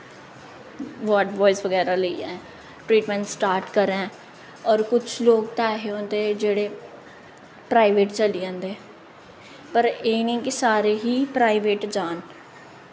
ward व्यावाज बगैरा लेइयै ट्रीटमेंट स्टार्ट करै होर कुछ लोक ते एहे होंदे जेह्ड़े प्राईवेट चली जंदे पर एह् निं कि सारे ही प्राईवेट जान